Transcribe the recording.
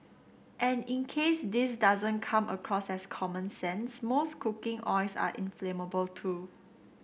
and in case this doesn't come across as common sense most cooking oils are inflammable too